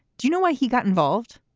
do you know why he got involved?